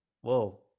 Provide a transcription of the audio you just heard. Whoa